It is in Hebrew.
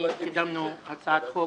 הרווחה והבריאות להקדמת הדיון בהצעת חוק